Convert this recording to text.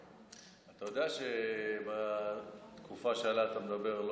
אתה יודע שבתקופה שעליה אתה מדבר,